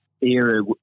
era